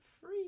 free